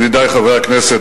ידידי חברי הכנסת,